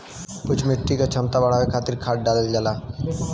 कुछ मिट्टी क क्षमता बढ़ावे खातिर खाद डालल जाला